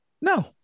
No